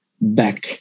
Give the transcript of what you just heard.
back